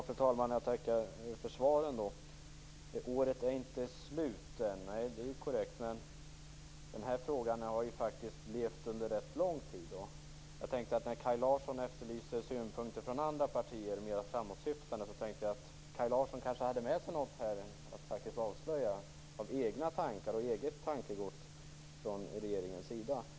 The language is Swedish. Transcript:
Fru talman! Jag tackar för svaren. Året är inte slut än. Det är korrekt. Men den här frågan har levt under rätt lång tid. När Kaj Larsson efterlyste mer framåtsyftande synpunkter från andra partier tänkte jag att Kaj Larsson kanske hade med sig något eget tankegods från regeringens sida att avslöja.